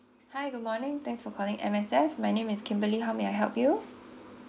hi good morning thanks for calling M_S_F my name is kimberly how may I help you